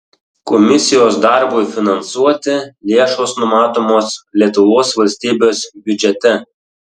komisijos darbui finansuoti lėšos numatomos lietuvos valstybės biudžete